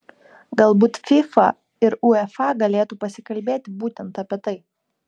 galbūt fifa ir uefa galėtų pasikalbėti būtent apie tai